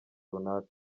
runaka